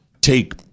take